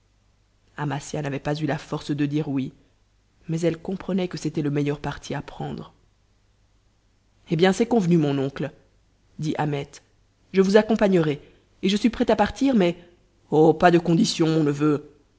amasia n'avait pas eu la force de dire oui mais elle comprenait que c'était le meilleur parti à prendre eh bien c'est convenu mon oncle dit ahmet je vous accompagnerai et je suis prêt à partir mais oh pas de conditions mon neveu